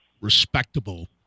respectable